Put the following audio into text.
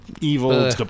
evil